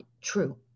true